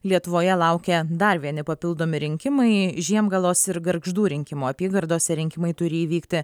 lietuvoje laukia dar vieni papildomi rinkimai žiemgalos ir gargždų rinkimų apygardose rinkimai turi įvykti